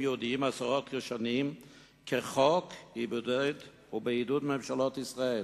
יהודיים עשרות שנים כחוק ובעידוד ממשלות ישראל.